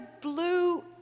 blue